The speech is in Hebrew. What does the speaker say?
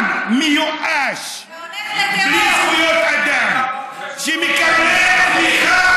עם מיואש, בלי זכויות אדם, שמקבל תמיכה